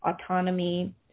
autonomy